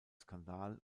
skandal